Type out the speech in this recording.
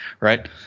right